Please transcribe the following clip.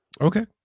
Okay